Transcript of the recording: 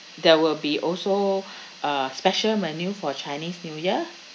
there will be also a special menu for chinese new year